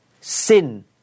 sin